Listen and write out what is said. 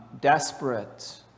desperate